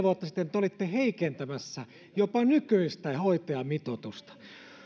vuotta sitten te te olitte heikentämässä jopa nykyistä hoitajamitoitusta